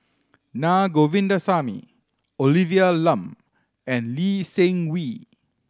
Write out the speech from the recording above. Na Govindasamy Olivia Lum and Lee Seng Wee